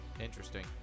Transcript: interesting